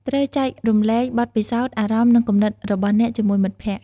ត្រូវចែករំលែកបទពិសោធន៍ អារម្មណ៍ និងគំនិតរបស់អ្នកជាមួយមិត្តភក្តិ។